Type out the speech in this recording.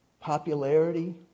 popularity